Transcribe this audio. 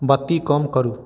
बत्ती कम करू